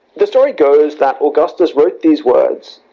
the story goes that augustus wrote these words,